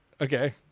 Okay